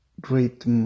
great